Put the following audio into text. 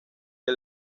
que